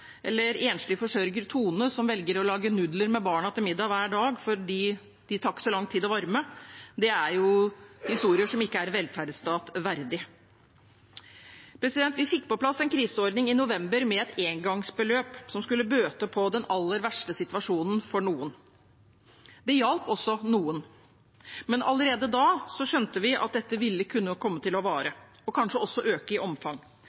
eller enslig forsørger Tone, som velger å lage nudler med barna til middag hver dag fordi de ikke tar så lang tid å varme, er historier som ikke er en velferdsstat verdig. Vi fikk på plass en kriseordning i november med et engangsbeløp som skulle bøte på den aller verste situasjonen for noen. Det hjalp også noen, men allerede da skjønte vi at dette ville kunne komme til å vare, og kanskje også øke i omfang.